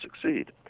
succeed